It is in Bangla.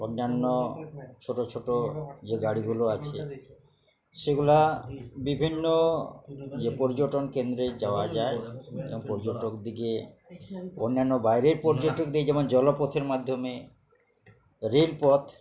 অন্যান্য ছোটো ছোটো যে গাড়িগুলো আছে সেগুলা বিভিন্ন যে পর্যটন কেন্দ্রে যাওয়া যায় এবং পর্যটক দিকে অন্যান্য বাইরের পর্যটকদের যেমন জলপথের মাধ্যমে রেলপথ